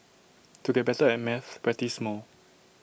to get better at maths practise more